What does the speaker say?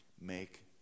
make